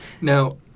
Now